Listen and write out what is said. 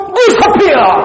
disappear